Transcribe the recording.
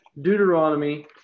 Deuteronomy